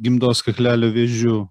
gimdos kaklelio vėžiu